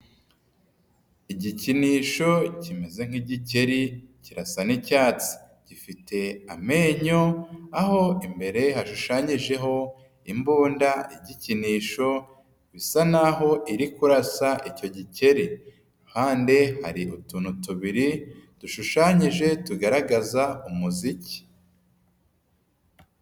Igikinisho kimeze nk'igikeri, kirasa n'icyatsi gifite amenyo, aho imbere hashushanyijeho imbunda y'igikinisho isa n'aho iri kurasa icyo gikeri, iruhande hari utuntu tubiri dushushanyije, tugaragaza umuziki.